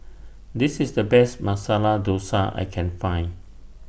This IS The Best Masala Dosa I Can Find